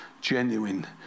genuine